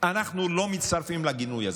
אנחנו לא מצטרפים לגינוי הזה?